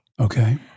Okay